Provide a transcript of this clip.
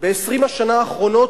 ב-20 השנה האחרונות,